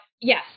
Yes